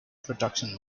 production